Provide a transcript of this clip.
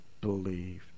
believed